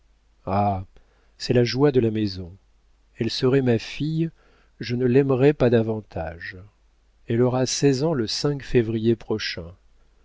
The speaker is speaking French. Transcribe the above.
ah c'est la joie de la maison elle serait ma fille je ne l'aimerais pas davantage elle aura seize ans le février prochain